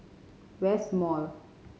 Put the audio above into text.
West Mall